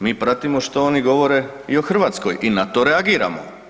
mi pratimo što oni govore i o Hrvatskoj i na to reagiramo.